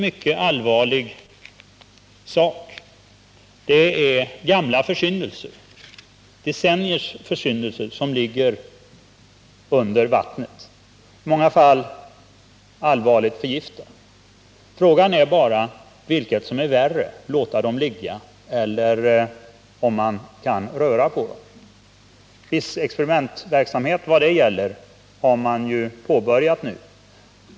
mycket allvarlig fråga. Det är gamla försyndelser — decenniers försyndelser — som ligger under vattnet, och i många fall rör det sig om allvarlig förgiftning. Frågan är vad som är värst: att låta dem ligga där eller röra på dem, om man kan det. Viss experimentverksamhet har nu påbörjats.